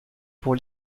pour